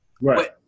Right